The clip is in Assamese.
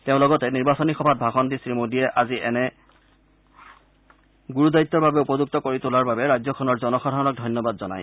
তেওঁ লগতে নিৰ্বাচনী সভাত ভাষণ দি শ্ৰীমোদীয়ে আজি এনে গুৰুদায়িত্বৰ বাবে উপযুক্ত কৰি তোলাৰ বাবে ৰাজ্যখনৰ জনসাধাৰণক ধন্যবাদ জনায়